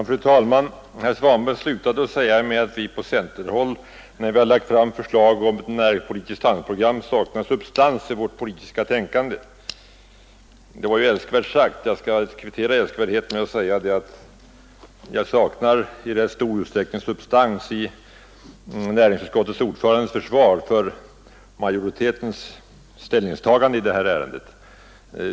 Fru talman! Herr Svanberg slutade med att säga att vi på centerhåll saknar substans i vårt politiska tänkande när vi lagt fram förslag om näringspolitiskt handlingsprogram. Det var ju älskvärt sagt, och jag skall kvittera älskvärdheten med att säga att jag i rätt stor utsträckning saknar substans i näringsutskottsordförandens försvar för majoritetens ställnings tagande i detta ärende.